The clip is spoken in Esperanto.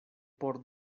por